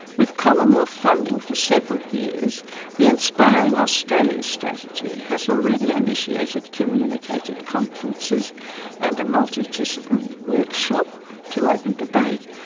with commonwealth funding for several years the inspiring australia strategy has already initiated communication conferences and a multidisciplinary workshop to open debate.